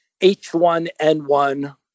H1N1